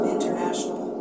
International